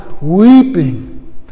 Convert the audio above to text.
weeping